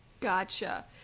Gotcha